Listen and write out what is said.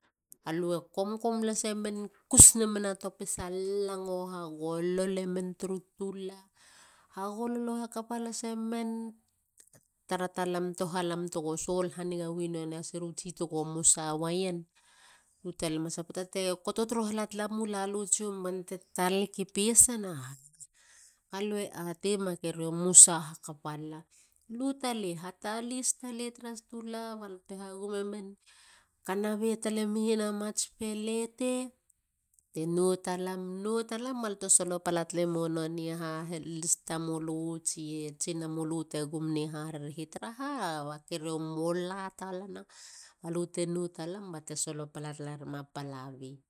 Alue komkom lasemen. kus nemen a topisa lango hagololemen tru tula. Hagololo hakapa lasemen. bbate tara trohalam togo sol hhaniga wia nona siru tsi togo musa waien. poata te koto trohla mula lu bante taleke pesana. alue ateim a keriou e musana hakapa lala. hatalis talei tru tula balte hagumemen. kana be talemien ats pelete bate nou talam. Nou talam balute solopala talem a halis tamulu tsie tsinamulu te gum ne harereehi tamulu. Tara ha. a kerio e mola talana balute nou talam balu te solopala tala rema palabi